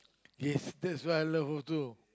yes that's what I love also